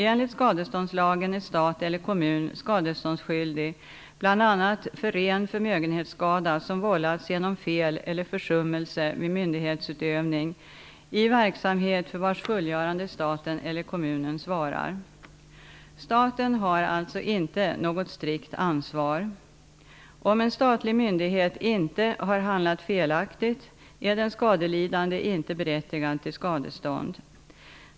Enligt skadeståndslagen är stat eller kommun skadeståndsskyldig bl.a. för ren förmögenhetsskada som vållats genom fel eller försummelse vid myndighetsutövning i verksamhet för vars fullgörande staten eller kommunen svarar . Staten har alltså inte något strikt ansvar; om en statlig myndighet inte har handlat felaktigt är den skadelidande inte berättigad till skadestånd.